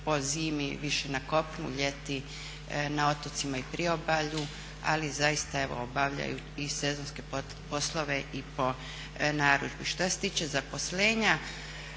po zimi više na kopnu, ljeti na otocima i priobalju. Ali zaista evo obavljaju i sezonske poslove i po narudžbi. Što se tiče zaposlenja,